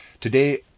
Today